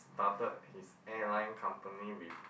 started his airline company with